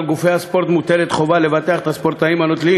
על גופי הספורט מוטלת חובה לבטח את הספורטאים הנוטלים